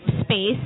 space